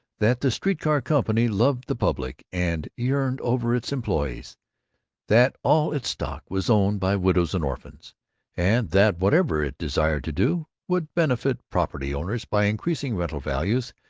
that the street-car company loved the public and yearned over its employees that all its stock was owned by widows and orphans and that whatever it desired to do would benefit property-owners by increasing rental values,